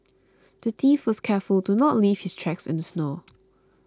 the thief was careful to not leave his tracks in the snow